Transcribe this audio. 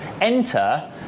Enter